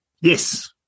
Yes